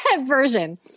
version